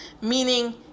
meaning